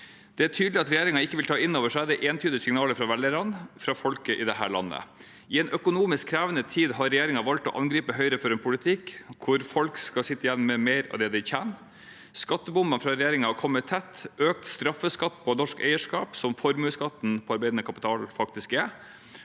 Det er tydelig at regjeringen ikke vil ta innover seg det entydige signalet fra velgerne, fra folket i dette landet. I en økonomisk krevende tid har regjeringen valgt å angripe Høyre for en politikk hvor folk skal sitte igjen med mer av det de tjener. Skattebombene fra regjeringen kommer tett: økt straffeskatt på norsk eierskap, som formuesskatten på arbeidende kapital faktisk er,